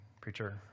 preacher